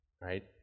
right